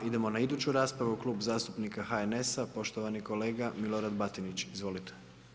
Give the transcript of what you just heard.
Idemo na iduću raspravu, Klub zastupnika HNS-a, poštovani kolega Milorad Batinić, izvolite.